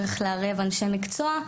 צריך לערב אנשי מקצוע,